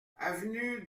avenue